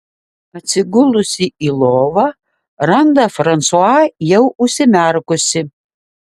atsigulusi į lovą randa fransua jau užsimerkusį